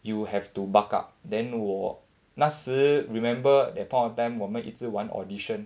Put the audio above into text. you have to buck up then 我那时 remember that point of time 我们一直玩 Audition